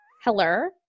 Hello